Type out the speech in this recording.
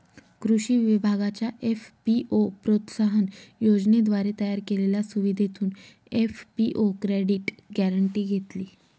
कृषी विभागाच्या एफ.पी.ओ प्रोत्साहन योजनेद्वारे तयार केलेल्या सुविधेतून एफ.पी.ओ क्रेडिट गॅरेंटी घेतली